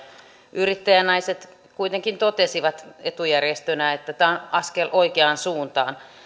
yrittäjänaiset kuitenkin totesivat etujärjestönä että tämä on askel oikeaan suuntaan